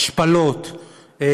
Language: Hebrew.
השפלות,